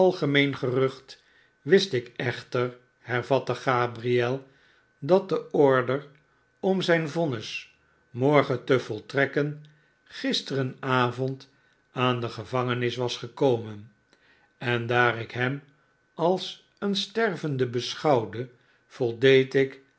algemeen gerucht wist ik echter hervatte gabriel dat de order om zijn vonnis morgen te voltrekken gisterenavond aan de gevangenis was gekomen en daar ik hem als een stervende beschouwde voldeed ik